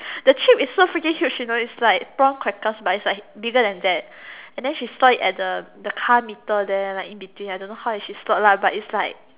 the chip is so freaking huge you know is like prawn crackers but is like bigger than that and then she saw it at the the car meter there like in between I don't know how did she slot lah but is like